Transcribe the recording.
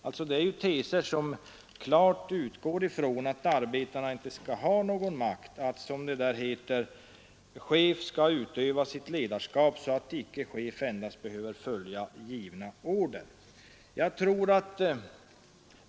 Det är alltså teser som klart utgår ifrån att arbetarna inte skall ha någon makt och att, som det heter, chef skall utöva sitt ledarskap så att icke chef endast behöver följa givna order.